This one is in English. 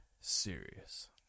serious